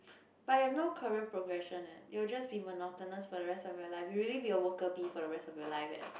but you have no career progression eh you will just be monotonous for the rest of your life you will really be a worker bee for the rest of your life eh